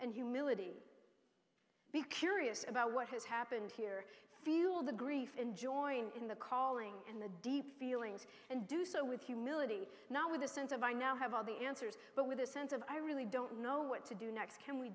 and humility be curious about what has happened here feel the grief and join in the calling and the deep feelings and do so with humility not with a sense of i now have all the answers but with a sense of i really don't know what to do next can we